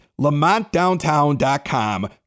lamontdowntown.com